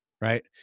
Right